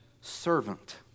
servant